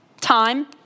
time